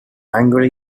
angry